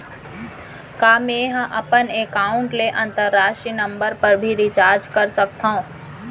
का मै ह अपन एकाउंट ले अंतरराष्ट्रीय नंबर पर भी रिचार्ज कर सकथो